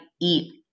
eat